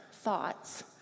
thoughts